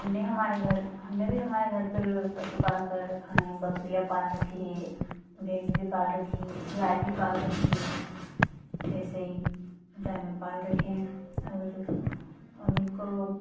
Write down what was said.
हमने हमारे घर हमने भी हमारे घर पर पशुपालन कर रखा बकरियाँ पाल रखी हैं भैंस भी पाल रखी हैं गाय भी पाल रखी है ऐसे जानवर पाल और उनको